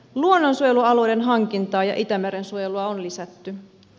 luonnonsuojelualueiden hankintaa ja itämeren suojelua on lisätty